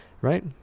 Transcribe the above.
right